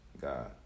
God